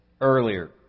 earlier